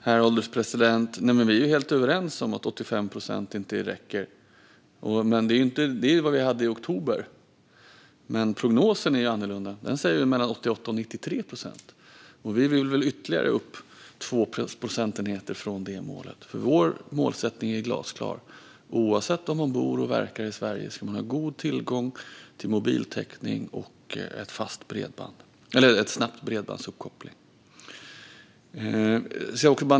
Herr ålderspresident! Magnus Jacobsson och jag är helt överens om att 85 procent inte räcker. Men det är vad vi hade i oktober. Prognosen är annorlunda. Den säger mellan 88 och 93 procent. Vi vill upp ytterligare 2 procentenheter från det målet. Vår målsättning är glasklar: Oavsett var man bor och verkar i Sverige ska man ha god mobiltäckning och tillgång till snabb bredbandsuppkoppling.